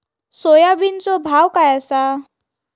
सोयाबीनचो भाव काय आसा?